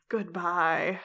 Goodbye